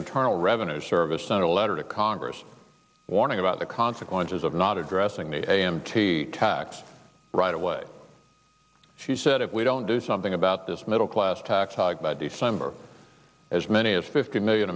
internal revenue service sent a letter to congress warning about the consequences of not addressing the a m t tax right away she said if we don't do something about this middle class tax hike by december as many as fifty million